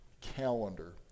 calendar